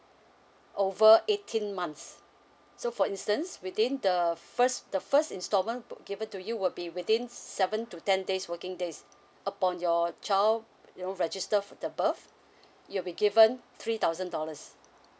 over eighteen months so for instance within the first the first instalment given to you will be within seven to ten days working days upon your child you know register for the birth you'll be given three thousand dollars